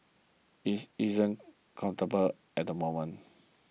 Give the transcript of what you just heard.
it isn't comfortable at the moment